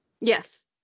Yes